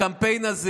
הקמפיין הזה,